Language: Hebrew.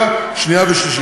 מתי הפסקנו לכבד ותיקים?